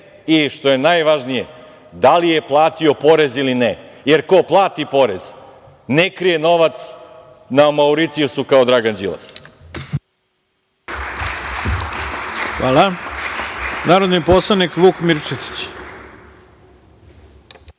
i, što je najvažnije, da li je platio porez ili ne? Jer, ko plati porez, ne krije novac na Mauricijusu kao Dragan Đilas. **Ivica Dačić** Hvala. Reč ima narodni poslanik Vuk Mirčetić.